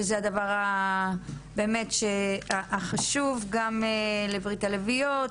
שזה אחד הדברים באמת החשובים גם באמת לברית הלביאות,